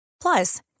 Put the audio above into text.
Plus